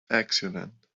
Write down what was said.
exultant